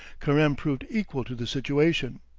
careme proved equal to the situation.